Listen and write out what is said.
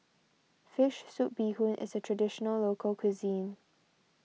Fish Soup Bee Hoon is a Traditional Local Cuisine